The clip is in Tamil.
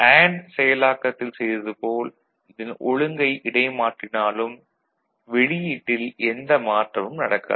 அண்டு செயலாக்கத்தில் செய்தது போல் இதன் ஒழுங்கை இடைமாற்றினாலும் வெளியீட்டில் எந்த மாற்றமும் நடக்காது